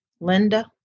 Linda